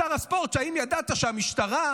שר הספורט: האם ידעת שהמשטרה,